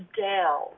down